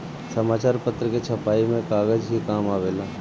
समाचार पत्र के छपाई में कागज ही काम आवेला